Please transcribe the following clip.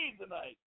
tonight